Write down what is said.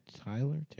Tyler